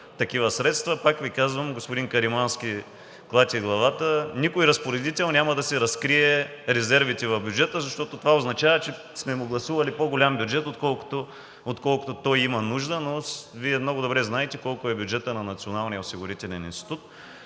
Пак Ви казвам… Господин Каримански клати главата. Никой разпоредител няма да си разкрие резервите в бюджета, защото това означава, че сме му гласували по-голям бюджет, отколкото той има нужда. Вие много добре знаете колко е бюджетът на